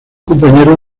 compañero